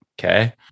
Okay